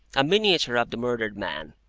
a miniature of the murdered man,